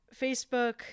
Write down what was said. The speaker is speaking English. Facebook